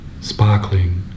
sparkling